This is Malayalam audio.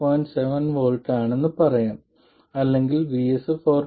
7 V ആണെന്ന് പറയാം അല്ലെങ്കിൽ VS 4